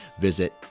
visit